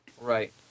right